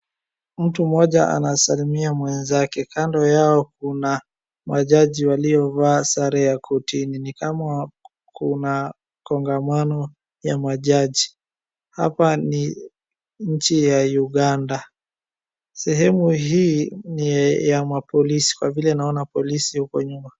Mtu mmoja anasalimia mwenzake. Kando yao kuna majaji waliovaa sare ya kortini. Ni kama kuna kongomano ya majaji. Hapa ni nchi ya Uganda. Sehemu hii ni ya mapolisi kwa vile naona mapolisi huko nyuma.